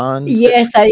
Yes